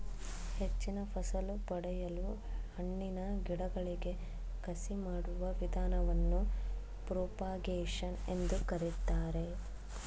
ಹೆಚ್ಚಿನ ಫಸಲು ಪಡೆಯಲು ಹಣ್ಣಿನ ಗಿಡಗಳಿಗೆ ಕಸಿ ಮಾಡುವ ವಿಧಾನವನ್ನು ಪ್ರೋಪಾಗೇಶನ್ ಎಂದು ಕರಿತಾರೆ